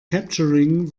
capturing